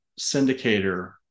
syndicator